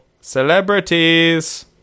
celebrities